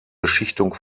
beschichtung